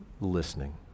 listening